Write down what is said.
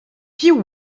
piv